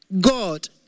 God